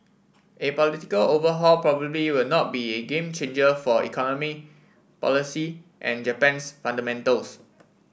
a political overhaul probably will not be a game changer for economy policy and Japan's fundamentals